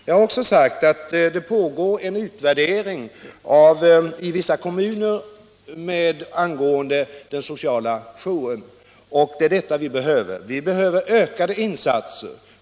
Jag har också sagt att det i vissa kommuner pågår en utvärdering av den sociala jouren. Vi behöver ökade sociala insatser.